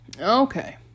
Okay